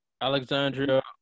Alexandria